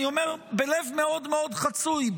אני אומר בלב מאוד מאוד חצוי,